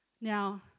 Now